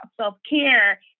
self-care